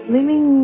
Living